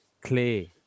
Clay